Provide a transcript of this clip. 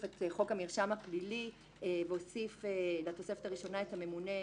את חוק המרשם הפלילי והוסיף לתוספת הראשונה את הממונה,